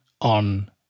on